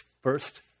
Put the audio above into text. first